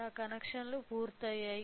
నా కనెక్షన్లు పూర్తయ్యాయి